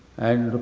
and,